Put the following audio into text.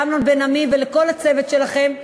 לאמנון בן-עמי ולכל הצוות שלכם,